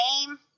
name